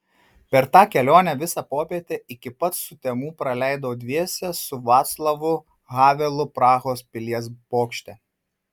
per tą kelionę visą popietę iki pat sutemų praleidau dviese su vaclavu havelu prahos pilies bokšte